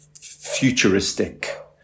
futuristic